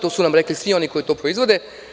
To su nam rekli svi oni koji to proizvode.